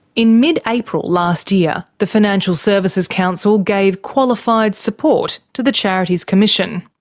in mid-april last year the financial services council gave qualified support to the charities commission.